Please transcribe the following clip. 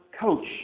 coach